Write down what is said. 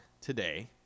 today